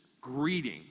greeting